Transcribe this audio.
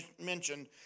mentioned